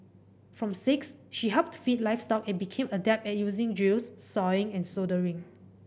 from six she helped feed livestock and became adept at using drills sawing and soldering